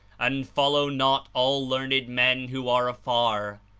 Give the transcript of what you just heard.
and follow not all learned men who are afar.